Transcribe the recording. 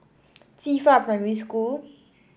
Qifa Primary School